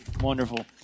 Wonderful